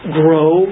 grow